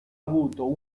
avuto